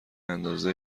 اندازه